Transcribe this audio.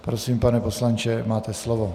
Prosím, pane poslanče, máte slovo.